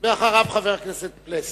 אחריו, חבר הכנסת פלסנר.